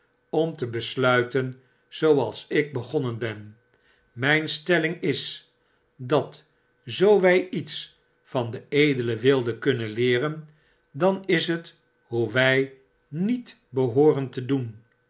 om te besluiten zooals ik begonnen ben mjjn stelling is dat zoo wy iets van den edelen wilde kunnen leeren dan is het hoe wij niet behooren te doen